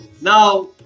Now